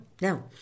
No